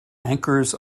anchors